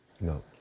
No